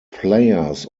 players